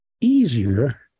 easier